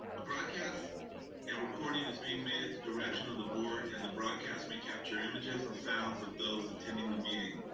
a broadcast and recording is being made at the direction of the board, and the broadcast may capture images and sounds of those attending the meeting.